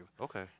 okay